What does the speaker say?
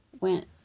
went